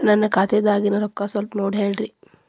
ನನ್ನ ಖಾತೆದಾಗಿನ ರೊಕ್ಕ ಸ್ವಲ್ಪ ನೋಡಿ ಹೇಳ್ರಿ